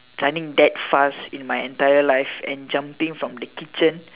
running that fast in my entire life and jumping from the kitchen